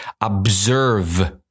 observe